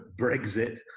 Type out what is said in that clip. Brexit